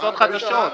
המכסות חדשות.